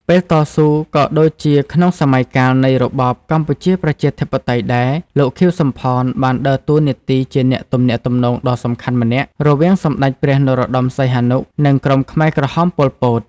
ពេលតស៊ូ ក៏ដូចជាក្នុងសម័យកាលនៃរបបកម្ពុជាប្រជាធិបតេយ្យដែរ លោក ខៀវ សំផន បានដើរតួនាទីជាអ្នកទំនាក់ទំនងដ៏សំខាន់ម្នាក់រវាងសម្តេចព្រះ នរោត្តម សីហនុ និងក្រុមខ្មែរក្រហម ប៉ុល ពត ។